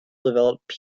developed